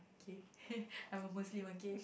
okay I'm a muslim okay